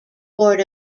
board